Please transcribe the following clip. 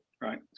right